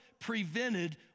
prevented